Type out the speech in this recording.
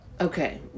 okay